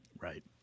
Right